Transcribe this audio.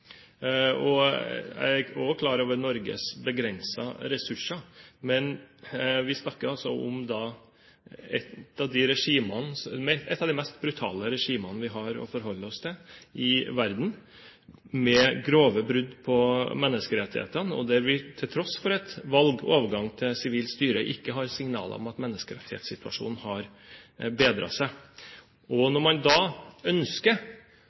Jeg er også klar over Norges begrensede ressurser, men vi snakker altså om et av de mest brutale regimene vi har å forholde oss til i verden, med grove brudd på menneskerettighetene, og der vi til tross for et valg og overgang til sivilt styre ikke har signaler om at menneskerettighetssituasjonen har bedret seg. Når man da ønsker